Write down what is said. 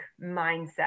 mindset